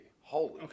Holy